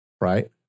Right